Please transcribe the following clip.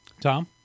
Tom